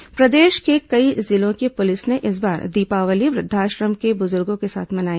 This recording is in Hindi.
पुलिस दीपावली प्रदेश के कई जिलों की पुलिस ने इस बार दीपावली वृद्धाश्रम के बुजुर्गों के साथ मनाई